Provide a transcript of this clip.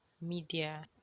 media